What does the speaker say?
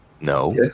No